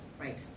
right